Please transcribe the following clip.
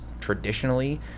traditionally